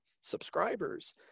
subscribers